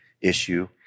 issue